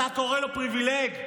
אתה קורא לו פריבילג?